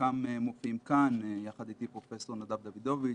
חלקם מופיעים כאן יחד אתי פרופ' נדב דוידוביץ',